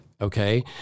okay